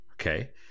okay